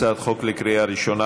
הצעת חוק לקריאה ראשונה,